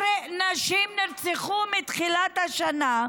13 נשים נרצחו מתחילת השנה.